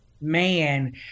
man